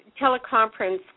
teleconference